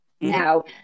now